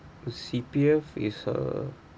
C_P_F is a